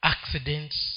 Accidents